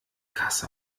kasse